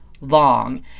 long